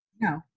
No